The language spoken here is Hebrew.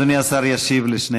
אדוני השר ישיב על שתי השאלות.